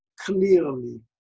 clearly